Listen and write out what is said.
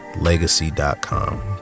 legacy.com